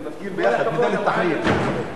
נפקיר ביחד את העיר.